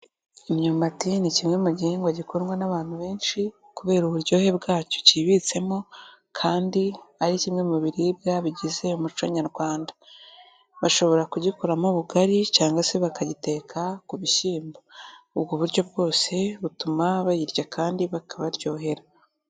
Imyumbati ni kimwe mu gihingwa gikurwandwa n'abantu benshi kubera uburyohe bwacyo kibitsemo kandi ari kimwe mu biribwa bigize umuco nyarwanda. Bashobora kugikuramo ubugari cyangwa se bakagiteka ku bishyimbo, ubwo buryo bwose butuma bayirya kandi bikabaryohera.